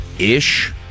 ish